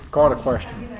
call the question.